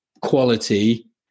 quality